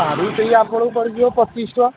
ଆଳୁ କିଲୋ ଆପଣଙ୍କୁ ପଡ଼ିଯିବ ପଚିଶ ଟଙ୍କା